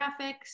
graphics